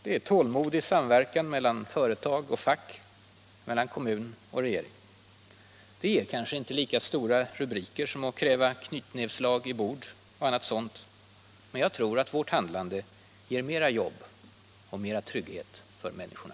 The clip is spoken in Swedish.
Det är tålmodig samverkan mellan företag och fack, mellan kommun och regering. Det ger kanske sysselsättningen i Blekinge sysselsättningen i Blekinge inte lika stora rubriker som när man kräver knytnävsslag i bord och annat sådant. Men jag tror att vårt handlande ger mera jobb och mera trygghet för människorna.